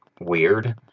weird